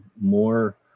more